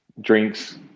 drinks